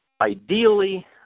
Ideally